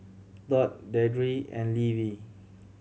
Dot Deidre and Levi